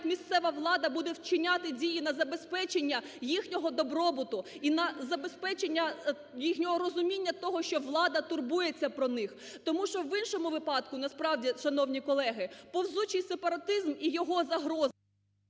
як місцева влада буде вчиняти дії на забезпечення їхнього добробуту і на забезпечення, розуміння того, що влада турбується про них. Тому що в іншому випадку, насправді, шановні колеги, повзучий сепаратизм і його загроза…